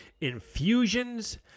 Infusions